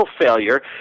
failure